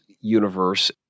universe